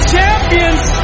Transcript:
champions